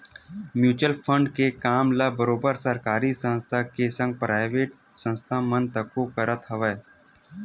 mutual fund के काम ल बरोबर सरकारी संस्था के संग पराइवेट संस्था मन तको करत हवय